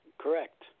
Correct